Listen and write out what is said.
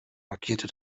markierte